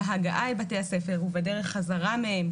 בהגעה אל בתי הספר ובדרך חזרה מהם,